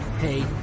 hey